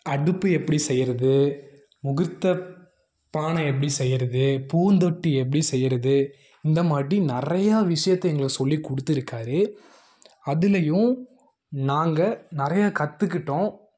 அடுப்பு எப்படி செய்கிறது முகூர்த்தப் பானை எப்படி செய்கிறது பூந்தொட்டி எப்படி செய்கிறது இந்த மாதிரி நிறையா விஷயத்தை எங்களுக்கு சொல்லிக் கொடுத்துருக்காரு அதுலேயும் நாங்கள் நிறையா கற்றுக்கிட்டோம்